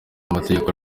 amategeko